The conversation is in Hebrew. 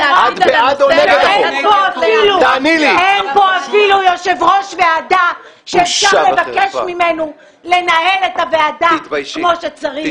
אין פה אפילו יושב-ראש ועדה שאפשר לבקש ממנו לנהל את הוועדה כמו שצריך.